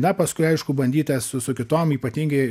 na paskui aišku bandyta su su kitom ypatingai